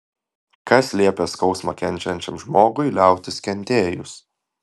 kas liepia skausmą kenčiančiam žmogui liautis kentėjus